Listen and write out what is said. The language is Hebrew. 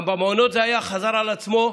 גם במעונות זה חזר על עצמו,